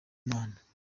mana